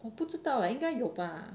我不知道 leh 应该有吧